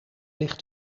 ligt